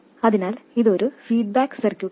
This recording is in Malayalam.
അതിനാൽ ഇത് ഒരു ഫീഡ്ബാക്ക് സർക്യൂട്ടാണ്